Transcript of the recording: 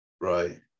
Right